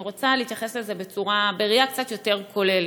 אני רוצה להתייחס לזה בראייה קצת יותר כוללת.